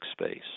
space